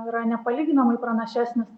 yra nepalyginamai pranašesnis